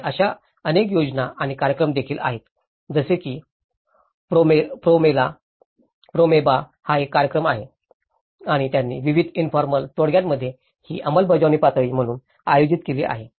आणि अशा अनेक योजना आणि कार्यक्रम देखील आहेत जसे की प्रोमेबा हा एक कार्यक्रम आहे आणि त्यांनी विविध इनफॉर्मल तोडग्यांमध्ये ही अंमलबजावणी पातळी म्हणून आयोजित केली आहे